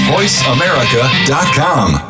VoiceAmerica.com